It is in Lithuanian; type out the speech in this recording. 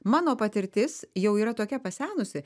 mano patirtis jau yra tokia pasenusi